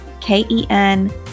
K-E-N